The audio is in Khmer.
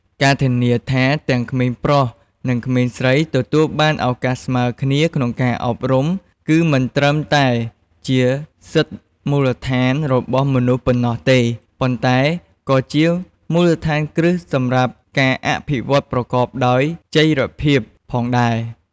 ការធានាថាទាំងក្មេងប្រុស និងក្មេងស្រីទទួលបានឳកាសស្មើគ្នាក្នុងការអប់រំ គឺមិនត្រឹមតែជាសិទ្ធិមូលដ្ឋានរបស់មនុស្សប៉ុណ្ណោះទេ ប៉ុន្តែក៏ជាមូលដ្ឋានគ្រឹះសម្រាប់ការអភិវឌ្ឍប្រកបដោយចីរភាពផងដែរ។